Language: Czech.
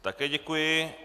Také děkuji.